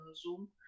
zoom